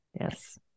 yes